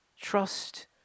Trust